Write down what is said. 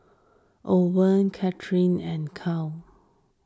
Owen Katherine and Cale